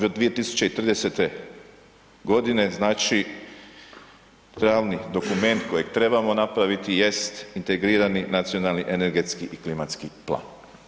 Do 2030. g. znači pravni dokument kojeg trebamo napraviti jest integrirani nacionalni energetski i klimatski plan.